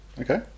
Okay